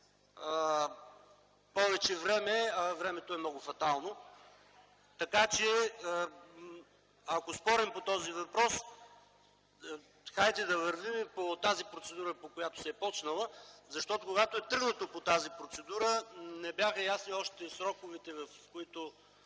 повече време, а времето е фатално. Така че, ако спорим по този въпрос, дайте да вървим по тази процедура, която се е почнала, защото когато се е тръгнало по тази процедура не бяха ясни още сроковете, в които